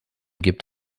gibt